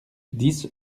dix